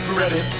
ready